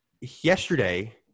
yesterday